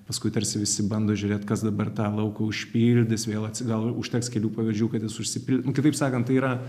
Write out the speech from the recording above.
paskui tarsi visi bando žiūrėt kas dabar tą lauką užpildys vėl atsi gal užteks kelių pavyzdžių kad jis užsipil kitaip sakant tai yra